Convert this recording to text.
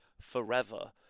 forever